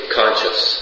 conscious